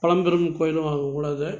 பலம் பெரும் கோயிலுனுவாங்க கூட அதை